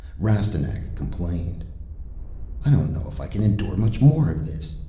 rastignac complained i don't know if i can endure much more of this.